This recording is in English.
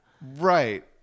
right